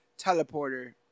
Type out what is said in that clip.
teleporter